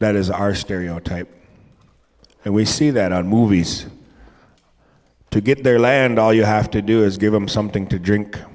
that is our stereotype and we see that on movies to get their land all you have to do is give them something to drink